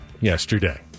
yesterday